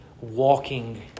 walking